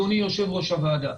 אדוני יושב-ראש הוועדה.